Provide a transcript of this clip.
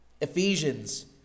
Ephesians